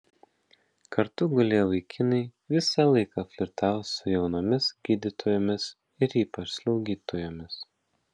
kartu gulėję vaikinai visą laiką flirtavo su jaunomis gydytojomis ir ypač slaugytojomis